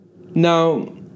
now